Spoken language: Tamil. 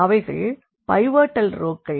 அவைகள் பைவோட்டல் ரோக்கள்